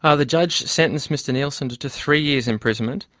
ah the judge sentenced mr nielsen to to three years' imprisonment,